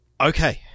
Okay